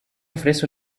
ofrece